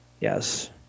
yes